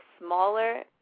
smaller